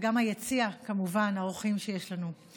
וגם היציע כמובן, האורחים שיש לנו,